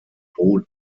boden